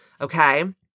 Okay